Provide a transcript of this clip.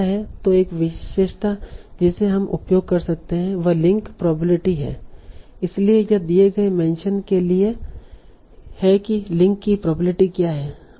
तो एक विशेषता जिसे हम उपयोग कर सकते हैं वह लिंक प्रोबेबिलिटी है इसलिए यह दिए गए मेंशन के लिए है कि लिंक की प्रोबेबिलिटी क्या है